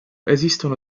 esistono